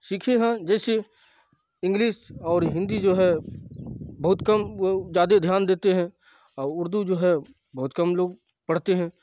سیکھے ہیں جیسے انگلش اور ہندی جو ہے بہت کم وہ زیادہ دھیان دیتے ہیں اور اردو جو ہے بہت کم لوگ پڑھتے ہیں